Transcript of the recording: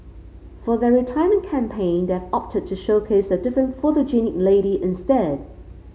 for their retirement campaign they have opted to showcase a different photogenic lady instead